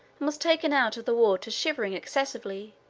and was taken out of the water shivering excessively,